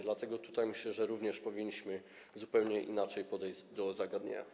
Dlatego myślę, że również powinniśmy zupełnie inaczej podejść do tego zagadnienia.